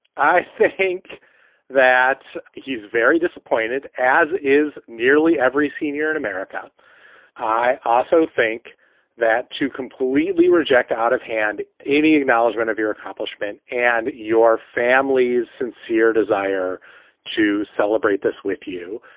i think that he's very disappointed, as is nearly every senior in america i also think that to completely reject out of hand any acknowledgement of your accomplishment and your family's sincere desire to celebrate this with you,